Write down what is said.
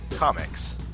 Comics